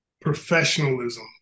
professionalism